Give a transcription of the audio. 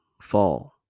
fall